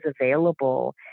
available